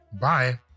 bye